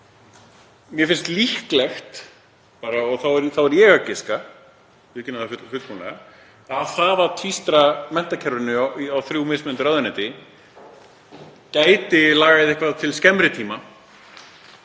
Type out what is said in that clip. Mér finnst líklegt, og þá er ég að giska, ég viðurkenni það fullkomlega, að það að tvístra menntakerfinu á þrjú mismunandi ráðuneyti gæti lagað eitthvað til skemmri tíma